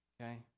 Okay